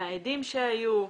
מהעדים שהיו.